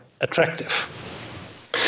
attractive